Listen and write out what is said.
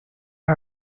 you